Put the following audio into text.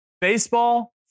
baseball